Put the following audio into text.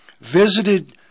Visited